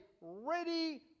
ready